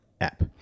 app